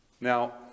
Now